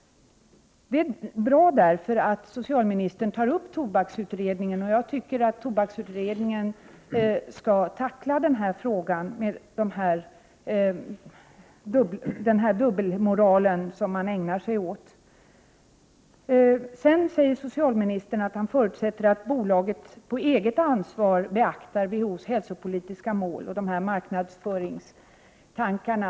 Det är därför bra att socialministern tar upp tobaksutredningen. Den borde tackla frågan om denna dubbelmoral som man ägnar sig åt. Sedan säger socialministern att han förutsätter att Tobaksbolaget på eget ansvar beaktar WHO:s hälsopolitiska mål och dessa marknadsföringstankar.